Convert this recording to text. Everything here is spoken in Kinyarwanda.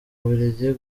bubiligi